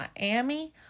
Miami